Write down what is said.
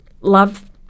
love